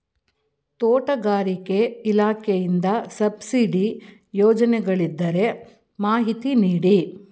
ತೋಟಗಾರಿಕೆ ಇಲಾಖೆಯಿಂದ ಸಬ್ಸಿಡಿ ಯೋಜನೆಗಳಿದ್ದರೆ ಮಾಹಿತಿ ನೀಡಿ?